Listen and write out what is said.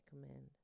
recommend